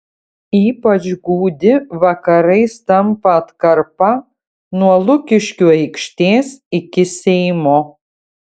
ypač gūdi vakarais tampa atkarpa nuo lukiškių aikštės iki seimo